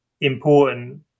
important